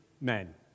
men